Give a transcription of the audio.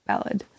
Ballad